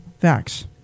Facts